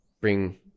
bring